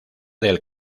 del